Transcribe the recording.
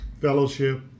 fellowship